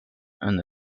and